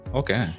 okay